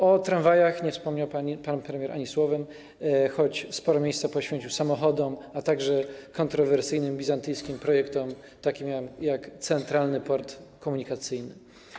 O tramwajach nie wspomniał pan premier ani słowem, choć sporo miejsca poświęcił samochodom, a także kontrowersyjnym, bizantyjskim projektom, takim jak Centralny Port Komunikacyjny.